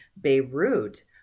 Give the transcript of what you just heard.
Beirut